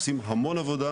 אנחנו עושים המון עבודה,